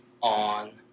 on